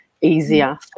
easier